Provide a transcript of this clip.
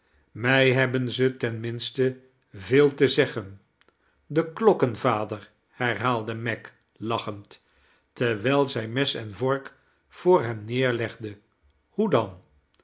mij hebben ze ten minste veel te zeggen de klokken vader i herhaalde meg lachend terwijl zij mes en vork voor hem neerlegde hoe dan